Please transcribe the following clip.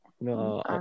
no